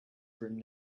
written